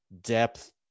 depth